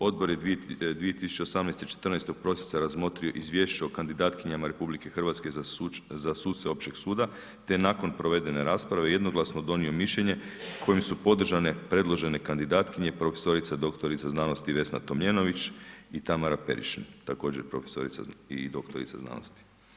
Odbor je 2018. 14. prosinca razmotrio Izvješće o kandidatkinjama RH za suce općeg suda te nakon provedene rasprave jednoglasno donio mišljenje kojim su podržane predložene kandidatkinje profesorica doktorica znanosti Vesna Tomljenović i Tamara Periša također profesorica i doktorica znanosti.